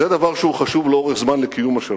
זה דבר שחשוב לאורך זמן לקיום השלום,